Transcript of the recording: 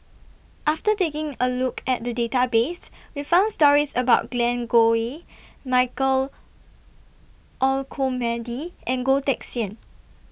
after taking A Look At The Database We found stories about Glen Goei Michael Olcomendy and Goh Teck Sian